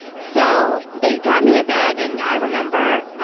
so, they got me a bed and i remember,